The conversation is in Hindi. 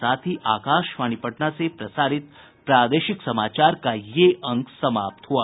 इसके साथ ही आकाशवाणी पटना से प्रसारित प्रादेशिक समाचार का ये अंक समाप्त हुआ